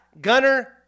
Gunner